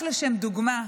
רק לשם דוגמה,